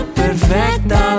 perfecta